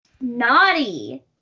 Naughty